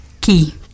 key